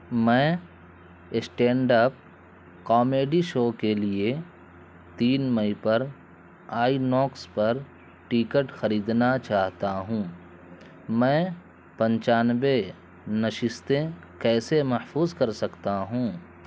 میں stand up comedy show کے لیے تین مئی پر آئی نوکس پر ٹکٹ خریدنا چاہتا ہوں میں پنچانوے نشستیں کیسے محفوظ کر سکتا ہوں